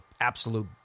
absolute